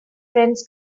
friends